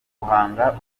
guhanga